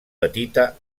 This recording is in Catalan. petita